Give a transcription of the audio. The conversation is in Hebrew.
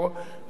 תודה רבה.